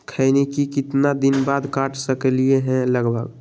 खैनी को कितना दिन बाद काट सकलिये है लगभग?